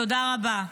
תודה רבה.